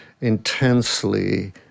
intensely